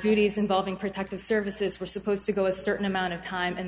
duties involving protective services were supposed to go a certain amount of time and